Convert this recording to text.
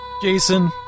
Jason